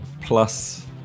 plus